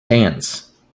dance